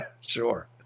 sure